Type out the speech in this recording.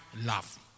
Love